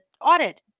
audit